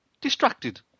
distracted